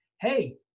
hey